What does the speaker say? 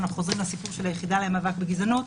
אנחנו חוזרים לסיפור של היחידה למאבק בגזענות,